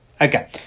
Okay